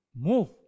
Move